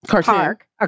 park